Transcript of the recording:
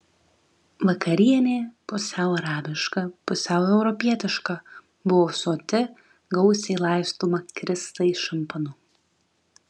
vakarienė pusiau arabiška pusiau europietiška buvo soti gausiai laistoma kristai šampanu